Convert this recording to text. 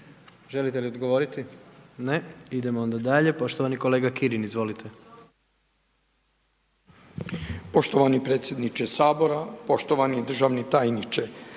Želite li odgovoriti? Ne. Idemo onda dalje, poštovani kolega Kirin, izvolite. **Kirin, Ivan (HDZ)** Poštovani predsjedniče Sabora, poštovani državni tajniče,